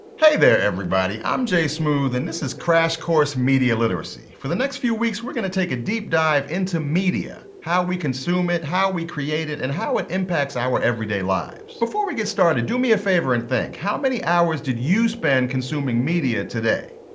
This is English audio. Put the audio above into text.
hey there everybody, i'm jay smooth and this is crash course media literacy. for the next few weeks we're going to take a deep dive into media how we consume it, how we create it, and how it impacts our everyday lives. before we get started, do me a favor and think how many hours did you spend consuming media today?